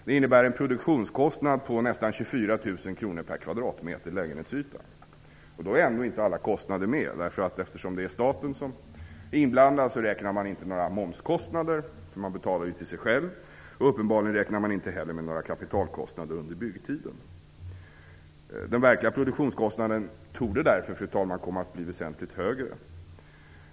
Det innebär en produktionskostnad på nästan 24 000 kr per kvadradmeter lägenhetsyta. Då är ändå inte alla kostnader medräknade. Eftersom staten är inblandad räknar man inte in några momskostnader, då man ju betalar till sig själv. Uppenbarligen räknar man inte heller med några kapitalkostnader under byggtiden. Den verkliga produktionskostnaden torde därför, fru talman, bli väsentligt högre.